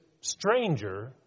stranger